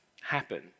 happen